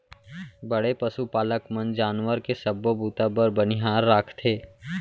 बड़े पसु पालक मन जानवर के सबो बूता बर बनिहार राखथें